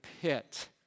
pit